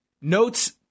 notes